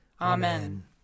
Amen